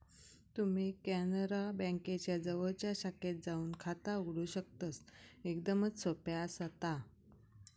तुम्ही कॅनरा बँकेच्या जवळच्या शाखेत जाऊन खाता उघडू शकतस, एकदमच सोप्या आसा ता